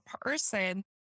person